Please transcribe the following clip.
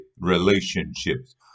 relationships